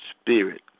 spirit